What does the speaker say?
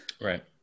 Right